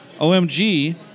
OMG